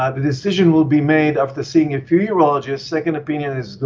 ah the decision will be made after seeing a few urologists second opinion is